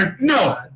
no